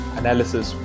analysis